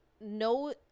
no